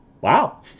Wow